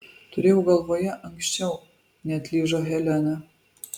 turėjau galvoje anksčiau neatlyžo helena